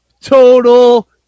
Total